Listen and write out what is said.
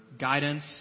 guidance